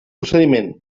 procediment